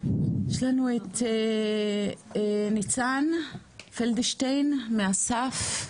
יש לנו את ניצן פלדשטיין מאס"ף,